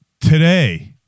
today